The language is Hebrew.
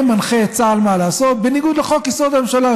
ומנחה את צה"ל מה לעשות בניגוד לחוק-יסוד: הממשלה,